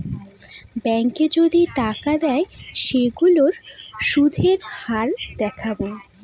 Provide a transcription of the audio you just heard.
ব্যাঙ্কে যদি টাকা দেয় সেইগুলোর সুধের হার দেখাবো